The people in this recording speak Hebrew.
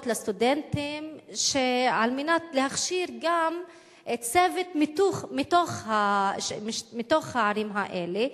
לסטודנטים כדי להכשיר גם צוות מתוך הערים האלה.